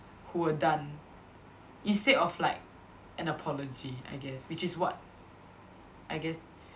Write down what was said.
who were done instead of like an apology I guess which is what I guess